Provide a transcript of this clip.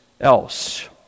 else